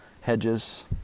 Hedges